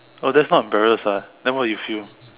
oh that's not embarrassed ah then what you feel